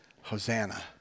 Hosanna